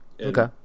Okay